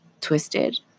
twisted